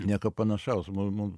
nieko panašaus mum mum